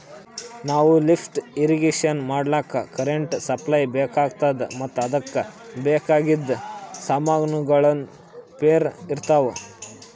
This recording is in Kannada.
ನಾವ್ ಲಿಫ್ಟ್ ಇರ್ರೀಗೇಷನ್ ಮಾಡ್ಲಕ್ಕ್ ಕರೆಂಟ್ ಸಪ್ಲೈ ಬೆಕಾತದ್ ಮತ್ತ್ ಅದಕ್ಕ್ ಬೇಕಾಗಿದ್ ಸಮಾನ್ಗೊಳ್ನು ಪಿರೆ ಇರ್ತವ್